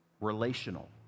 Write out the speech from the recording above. relational